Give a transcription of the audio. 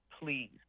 please